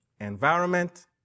environment